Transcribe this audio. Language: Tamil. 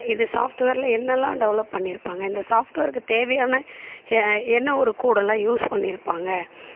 இது சாஃப்ட்வேரில் என்னெல்லாம் டெவலப் பண்ணிருப்பாங்க இந்த சாஃப்ட்வேருக்கு தேவையான என்ன ஒரு கோடெல்லாம் யூஸ் பண்ணிருப்பாங்க